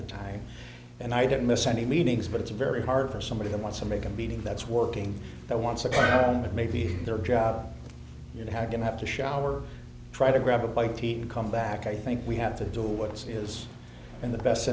the time and i didn't miss any meetings but it's very hard for somebody who wants to make a meeting that's working that wants according to maybe their job you have to have to shower try to grab a bite to eat and come back i think we have to do what is in the best